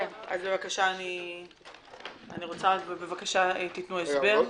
אני רוצה בבקשה שתתנו הסבר.